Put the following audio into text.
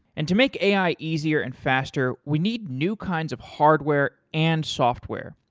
and to make ai easier and faster, we need new kinds of hardware and software,